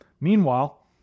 Meanwhile